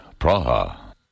Praha